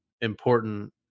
important